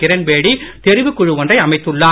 கிரண் பேடி தெரிவுக் குழு ஒன்றை அமைத்துள்ளார்